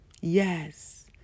Yes